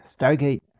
Stargate